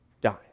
dies